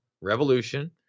revolution